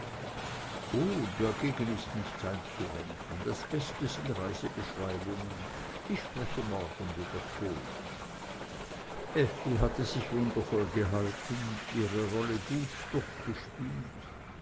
oh dagegen ist nichts einzuwenden das beste sind reisebeschreibungen ich spreche morgen wieder vor effi hatte sich wundervoll gehalten ihre rolle gut durchgespielt